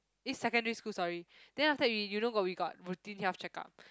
eh secondary school sorry then after that we you know got we got routine health checkup